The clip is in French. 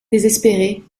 désespérée